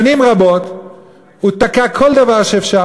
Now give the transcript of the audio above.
שנים רבות הוא תקע כל דבר שאפשר,